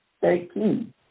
thirteen